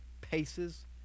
paces